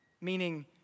meaning